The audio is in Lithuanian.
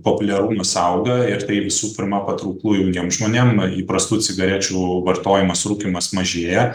populiarumas auga ir tai visų pirma patrauklu jauniem žmonėm įprastų cigarečių vartojimas rūkymas mažėja